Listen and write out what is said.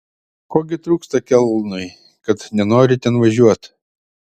ko gi trūksta kelnui kad nenori ten važiuot